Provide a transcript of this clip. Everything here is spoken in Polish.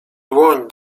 dłoń